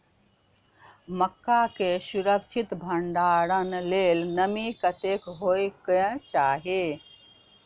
मक्का केँ सुरक्षित भण्डारण लेल नमी कतेक होइ कऽ चाहि?